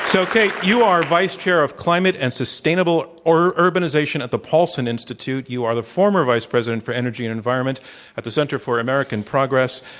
so, kate, you are vice chair of climate and sustainable urbanization at the paulsen institute. you are the former vice president for energy and environment at the center for american progress.